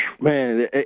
Man